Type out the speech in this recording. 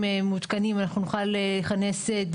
אנחנו נלך על הדבר הפשוט ביותר כל פעם ולא נוכל להתקדם.